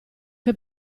che